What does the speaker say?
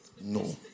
No